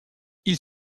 ils